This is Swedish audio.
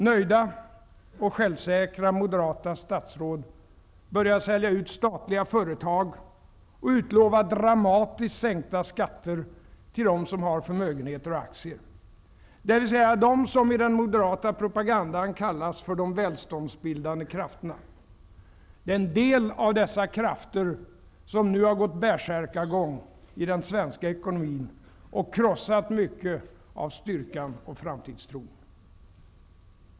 Nöjda och självsäkra moderata statsråd började sälja ut statliga företag och utlova dramatiskt sänkta skatter till dem som har förmögenheter och aktier, dvs. de som i den moderata propagandan kallas för de välståndsbildande krafterna. Det är en del av dessa krafter som nu har gått bärsärkagång i den svenska ekonomin och krossat mycket av styrkan och framtidstron.